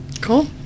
Cool